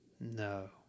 No